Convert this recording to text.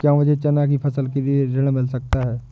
क्या मुझे चना की फसल के लिए ऋण मिल सकता है?